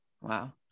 Wow